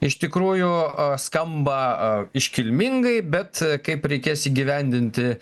iš tikrųjų skamba a iškilmingai bet kaip reikės įgyvendinti